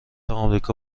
آمریکا